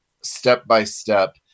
step-by-step